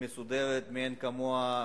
מסודרת מאין כמוה.